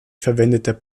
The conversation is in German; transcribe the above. verwendete